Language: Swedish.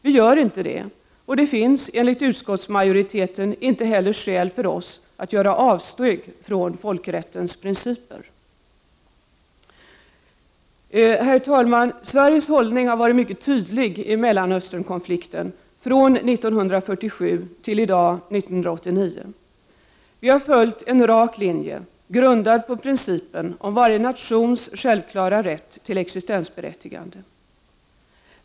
Vi gör inte det, och det finns enligt utskottsmajoriteten inte heller skäl för oss att göra avsteg från folkrättens principer. Herr talman! Sveriges hållning har varit mycket tydlig i Mellanösternkonflikten från 1947 till i dag 1989. Vi har följt en rak linje, grundad på principen om varje nations självklara rätt till existensberättigande.